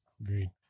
agreed